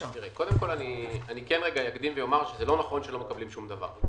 אני אקדים ואומר שזה לא נכון שלא מקבלים שום דבר.